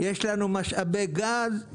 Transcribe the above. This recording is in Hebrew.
יש לנו משאבי גז,